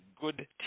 good